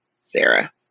Sarah